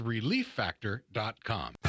ReliefFactor.com